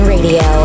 Radio